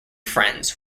friends